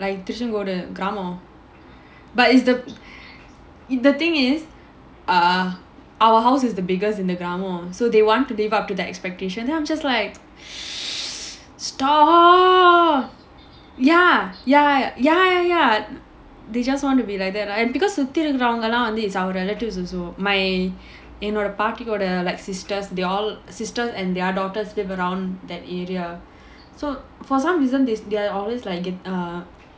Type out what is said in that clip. like Tiruchengode கிராமம்:thiruchankodu graamam but it's the the thing is our house is the biggest in the கிராமம்:graamam so they want to live up to that expectation then I'm just like stop ya ya ya ya they just want to be like that because சுத்தி இருக்குறவங்கலாம்:suthi irukkuravangalaam our relatives also என்னோட பாட்டியோட:ennoda paattiyoda like sisters and their daughters live around that area so for some reason this they are always like